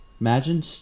Imagine